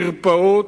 מרפאות,